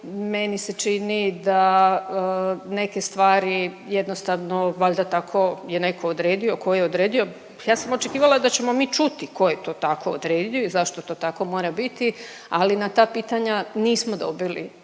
meni se čini da neke stvari jednostavno valjda tako je netko odredio. Tko je odredio? Ja sam očekivala da ćemo mi čuti tko je to tako odredio i zašto to tako mora biti, ali na ta pitanja nismo dobili